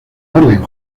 orden